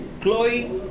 Chloe